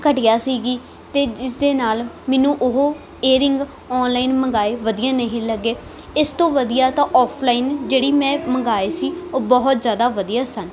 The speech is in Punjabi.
ਘਟੀਆ ਸੀਗੀ ਅਤੇ ਜਿਸ ਦੇ ਨਾਲ ਮੈਨੂੰ ਉਹ ਏਅਰਿੰਗ ਔਨਲਾਈਨ ਮੰਗਾਏ ਵਧੀਆ ਨਹੀਂ ਲੱਗੇ ਇਸ ਤੋਂ ਵਧੀਆ ਤਾਂ ਔਫਲਾਈਨ ਜਿਹੜੀ ਮੈਂ ਮੰਗਵਾਏ ਸੀ ਉਹ ਬਹੁਤ ਜ਼ਿਆਦਾ ਵਧੀਆ ਸਨ